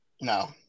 No